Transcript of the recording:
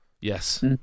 yes